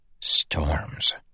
Storms